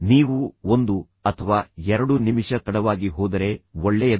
ನೀವು ಒಂದು ಅಥವಾ ಎರಡು ನಿಮಿಷ ತಡವಾಗಿ ಹೋದರೆ ಒಳ್ಳೆಯದು